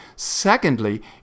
Secondly